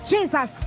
Jesus